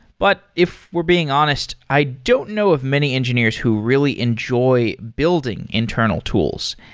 but if we're being honest, i don't know of many engineers who really enjoy building internal tools.